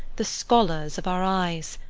the scholars of our eyes,